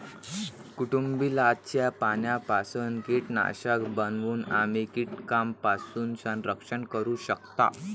कडुलिंबाच्या पानांपासून कीटकनाशक बनवून तुम्ही कीटकांपासून संरक्षण करू शकता